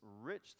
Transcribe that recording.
rich